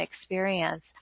experience